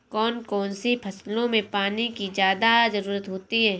कौन कौन सी फसलों में पानी की ज्यादा ज़रुरत होती है?